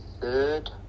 third